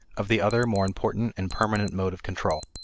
of the other more important and permanent mode of control.